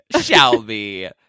Shelby